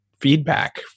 feedback